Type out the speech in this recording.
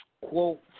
Quote